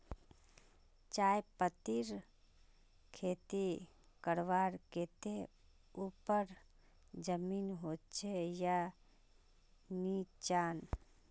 चाय पत्तीर खेती करवार केते ऊपर जमीन होचे या निचान?